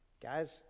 Guys